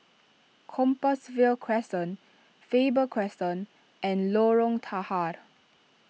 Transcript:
Compassvale Crescent Faber Crescent and Lorong Tahar